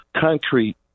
concrete